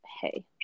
hey